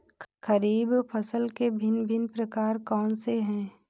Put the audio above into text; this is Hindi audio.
खरीब फसल के भिन भिन प्रकार कौन से हैं?